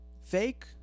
fake